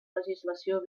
legislació